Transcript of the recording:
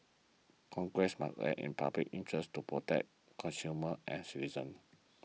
congress must in public interest to protect consumers and citizens